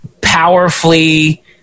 powerfully